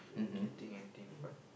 can think anything but